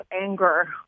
anger